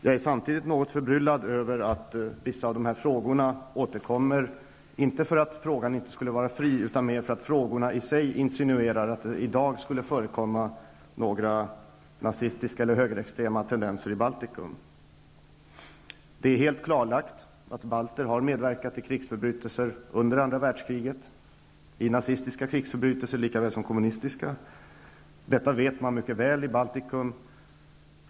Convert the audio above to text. Jag är samtidigt något förbryllad över att vissa av dessa frågor återkommer, inte för att frågan inte skulle vara fri utan mer för att frågorna i sig insinuerar att det i dag skulle förekomma några nazistiska eller högerextrema tendenser i Baltikum. Det är helt klarlagt att balter har medverkat i krigsförbrytelser under andra världskriget, i nazistiska krigsförbrytelser lika väl som i kommunistiska. Detta vet man mycket väl i Baltikum.